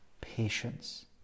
patience